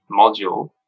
module